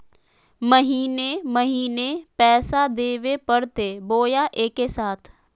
महीने महीने पैसा देवे परते बोया एके साथ?